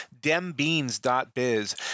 dembeans.biz